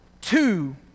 two